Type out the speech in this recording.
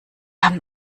haben